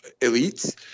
elites